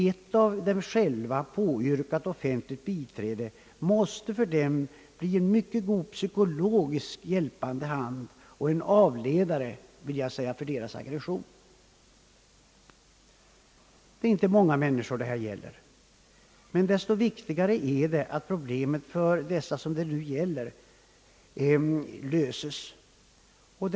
Ett av dem själva påyrkat offentligt biträde måste för dem bli en god hjälpande hand och en psykologisk avledare för deras aggression. Det är inte många människor det här gäller, men att problemet löses är desto viktigare för dem som det kan komma att gälla.